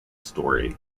story